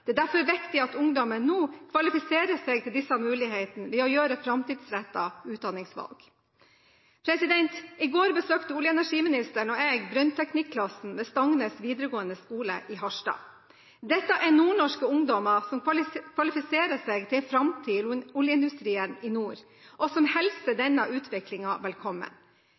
Det er derfor viktig at ungdommen nå kvalifiserer seg til disse mulighetene ved å gjøre framtidsrettede utdanningsvalg. I går besøkte olje- og energiministeren og jeg brønnteknikk-klassen ved Stangnes videregående skole i Harstad. Dette er nordnorske ungdommer som kvalifiserer seg til en framtid i oljeindustrien i nord, og som hilser denne utviklingen velkommen. Ekstra gledelig er